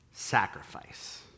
sacrifice